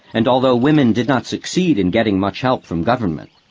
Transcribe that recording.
and although women did not succeed in getting much help from government,